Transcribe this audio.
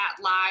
live